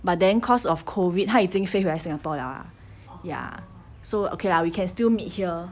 but then cause of COVID 她已经飞回来 singapore lah ya so okay lah we can still meet here